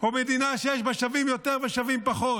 או מדינה שיש בה שווים יותר ושווים פחות?